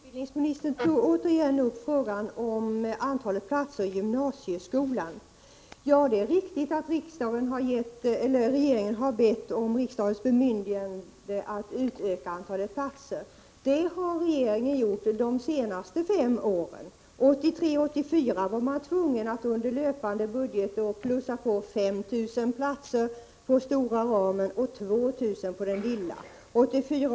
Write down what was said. Herr talman! Utbildningsministern tar åter upp frågan om antalet platser i gymnasieskolan. Det är riktigt att regeringen har bett om riksdagens bemyndigande att utöka antalet platser. Det har regeringen gjort de senaste fem åren. 1983/84 var man tvungen att under löpande budgetår plussa på med 5 000 platser inom den stora ramen och 2 000 inom den lilla ramen.